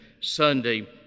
Sunday